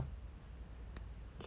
okay lah